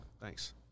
Thanks